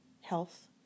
health